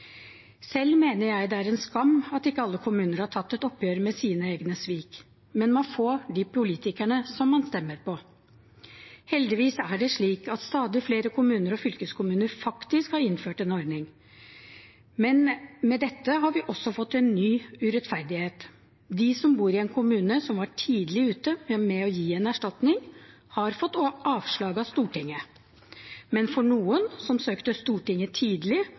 Selv mener jeg det er en skam at ikke alle kommuner har tatt et oppgjør med sine egne svik, men man får de politikerne som man stemmer på. Heldigvis er det slik at stadig flere kommuner og fylkeskommuner faktisk har innført en ordning, men med dette har vi også fått en ny urettferdighet. De som bor i en kommune som var tidlig ute med å gi en erstatning, har fått avslag av Stortinget. Men noen som søkte Stortinget tidlig,